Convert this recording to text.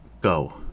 Go